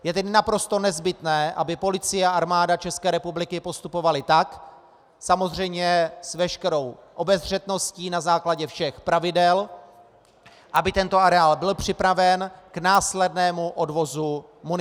Je tedy naprosto nezbytné, aby Policie a Armáda České republiky postupovaly tak, samozřejmě s veškerou obezřetností, na základě všech pravidel, aby tento areál byl připraven k následnému odvozu munice.